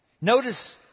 Notice